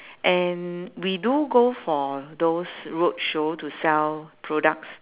and we do go for those roadshow to sell products